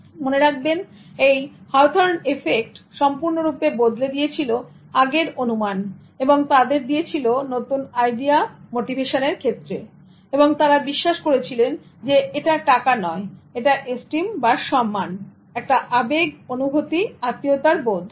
সুতরাং মনে রাখবেন এই Hawthorne এফেক্ট সম্পূর্ণরূপে বদলে দিয়েছিল আগের অনুমান এবং তাদের দিয়েছিল নতুন আইডিয়া মোটিভেশন এর ক্ষেত্রে এবং তারা বিশ্বাস করেছিলেন যে এটা টাকা নয় এটা এস্টিম বা সম্মান এটা আবেগ অনুভূতি আত্মীয়তার বোধ